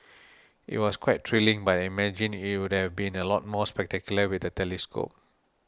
it was quite thrilling but I imagine it would have been a lot more spectacular with a telescope